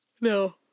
no